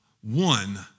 one